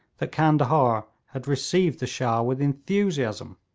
that candahar had received the shah with enthusiasm.